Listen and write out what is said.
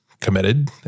committed